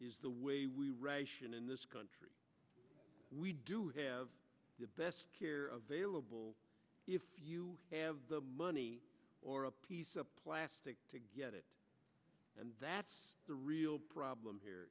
is the way we ration in this country we do have the best care available if you have the money or a piece of plastic to get it and that's the real problem here